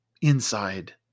inside